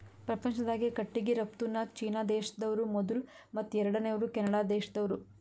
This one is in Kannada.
ಪ್ರಪಂಚ್ದಾಗೆ ಕಟ್ಟಿಗಿ ರಫ್ತುನ್ಯಾಗ್ ಚೀನಾ ದೇಶ್ದವ್ರು ಮೊದುಲ್ ಮತ್ತ್ ಎರಡನೇವ್ರು ಕೆನಡಾ ದೇಶ್ದವ್ರು